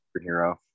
superhero